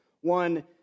One